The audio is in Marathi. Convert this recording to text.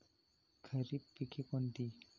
खरीप पिके कोणती?